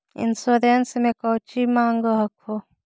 Insurance मे कौची माँग हको?